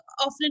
often